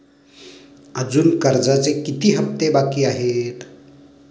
अजुन कर्जाचे किती हप्ते बाकी आहेत?